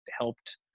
helped